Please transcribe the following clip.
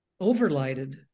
overlighted